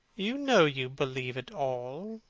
you know you believe it all,